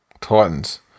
Titans